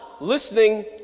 listening